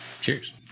Cheers